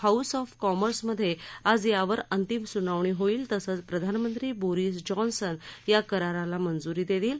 house of Commerce मधे आज यावर अंतिम सुनावणी होईल तसंच प्रधानमंत्री बोरीस जॉन्सन या कराराला मंजुरी देतील